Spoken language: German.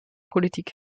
politik